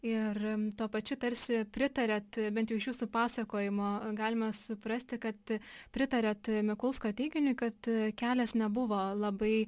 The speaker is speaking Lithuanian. ir tuo pačiu tarsi pritariat bent jau iš jūsų pasakojimo galima suprasti kad pritariat mikulsko teiginiui kad kelias nebuvo labai